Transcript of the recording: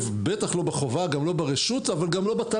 נכלל בתשלומי החובה וגם לא בתשלומי הרשות או בתל"ן,